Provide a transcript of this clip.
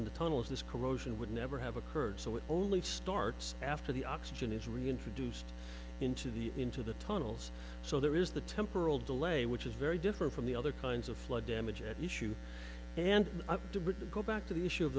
in the tunnel of this corrosion would never have occurred so it only starts after the oxygen is reintroduced into the into the tunnels so there is the temporal delay which is very different from the other kinds of flood damage at issue and up to go back to the issue of